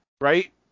right